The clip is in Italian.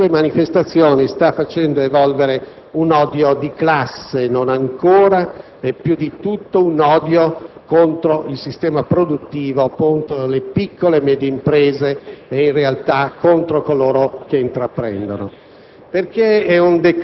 che in realtà in tutte le sue manifestazioni sta facendo evolvere un odio di classe che è più di tutto un odio rivolto contro il sistema produttivo, contro le piccole e medie imprese e contro coloro che intraprendono.